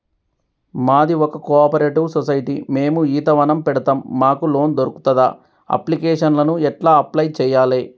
మాది ఒక cooperative society మేము ఈత వనం పెడతం మాకు లోన్ దొర్కుతదా? అప్లికేషన్లను ఎట్ల అప్లయ్ చేయాలే?